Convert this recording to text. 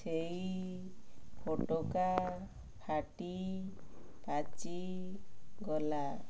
ସେଇ ଫୋଟକା ଫାଟି ପାଚିଗଲା